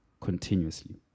continuously